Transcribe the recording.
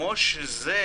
כמו שזה